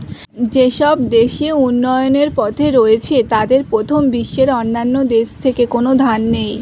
যেসব দেশ উন্নয়নের পথে রয়েছে তাদের প্রথম বিশ্বের অন্যান্য দেশ থেকে কোনো ধার নেই